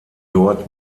dort